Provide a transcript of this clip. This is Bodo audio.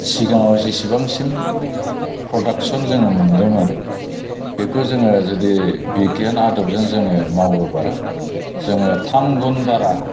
सिगाङाव जिसिबांसिम प्रडाक्शन जोङो मोनदोंमोन बेखौ जोङो जुदि बिगियान आदबजों जोङो मावोब्ला जोङो थाम गुन बारा